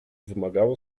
wymagało